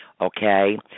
okay